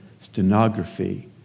stenography